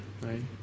right